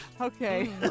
Okay